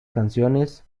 canciones